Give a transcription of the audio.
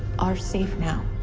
are safe now.